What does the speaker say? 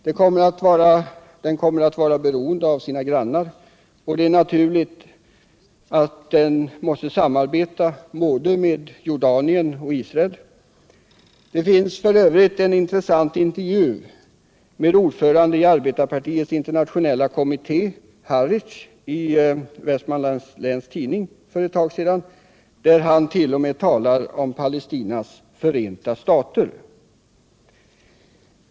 Dén kommer att vara beroende av sina grannar och det är naturligt att den måste samarbeta både med Jordanien och Israel. Det fanns f. ö. en intressant intervju med ordföranden i arbetarpartiets ; internationella kommitté, Harish, i Vestmanlands Läns Tidning för ett tag sedan, där han t.o.m. talade om Palestinas förenta stater.